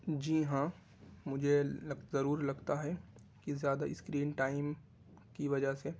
جی ہاں مجھے ضرور لگتا ہے کہ زیادہ اسکرین ٹائم کی وجہ سے